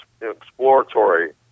exploratory